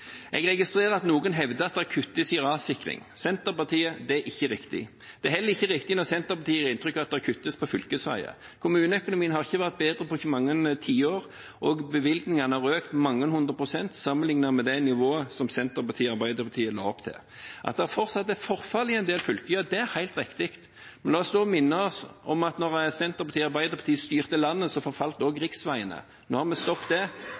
Jeg registrerer at noen hevder at det kuttes i rassikring. Det er ikke riktig. Det er heller ikke riktig når Senterpartiet gir inntrykk av at det kuttes på fylkesveier. Kommuneøkonomien har ikke vært bedre på mange tiår, og bevilgningene har økt med mange hundre prosent sammenlignet med det nivået som Senterpartiet og Arbeiderpartiet la opp til. At det fortsatt er forfall i en del fylker, er helt riktig. La meg da minne om at da Senterpartiet og Arbeiderpartiet styrte landet, så forfalt også riksveiene. Nå har vi stoppet det.